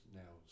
now